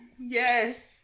yes